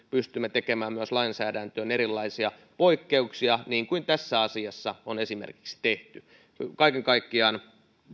pystymme tekemään myös lainsäädäntöön erilaisia poikkeuksia niin kuin esimerkiksi tässä asiassa on tehty kaiken kaikkiaan